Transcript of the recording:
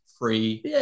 free